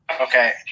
Okay